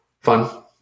fun